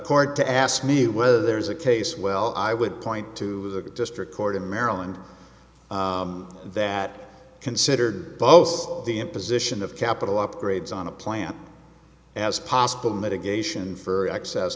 court to ask me whether there's a case well i would point to a district court in maryland that considered both the imposition of capital upgrades on a plant as possible mitigation for excess